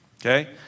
Okay